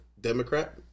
Democrat